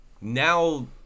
now